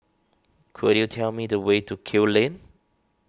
could you tell me the way to Kew Lane